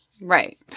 right